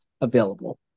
available